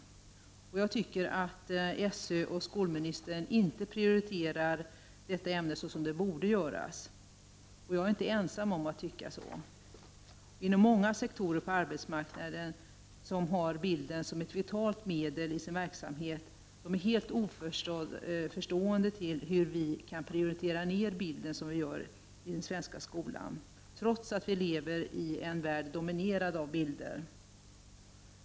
Jag tycker att SÖ och skolministern inte prioriterar det ämnet som man borde. Och jag är inte ensam om att tycka det. Inom många sektorer på arbetsmarknaden som har bilden som ett vitalt medel i sin verksamhet förstår man inte hur vi kan prioritera ned bilden som vi gör i den svenska skolan, trots att vi lever i en värld dominerad av bilder.